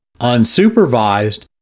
unsupervised